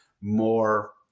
more